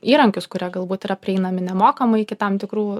įrankius kurie galbūt yra prieinami nemokamai iki tam tikrų